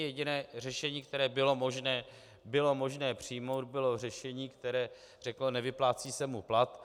Jediné řešení, které bylo možné přijmout, bylo řešení, které řeklo: nevyplácí se mu plat.